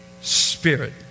spirit